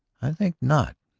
i think not.